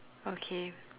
okay